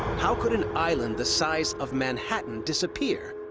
how could an island the size of manhattan disappear?